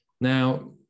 Now